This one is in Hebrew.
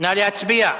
נא להצביע.